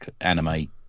anime